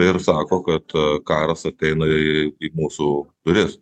ir sako kad karas ateina į mūsų duris